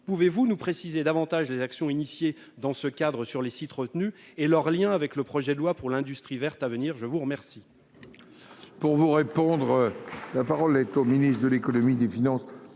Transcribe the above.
pouvez-vous nous préciser davantage les actions lancées dans ce cadre sur les sites retenus et leur lien avec le futur projet de loi pour l'industrie verte ? La parole est à M.